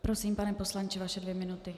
Prosím, pane poslanče, vaše dvě minuty.